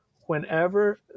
whenever